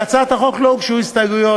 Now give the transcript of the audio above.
להצעת החוק לא הוגשו הסתייגויות,